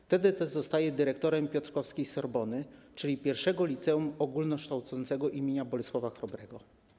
Wtedy też został dyrektorem „piotrkowskiej Sorbony”, czyli I Liceum Ogólnokształcącego im. Bolesława Chrobrego.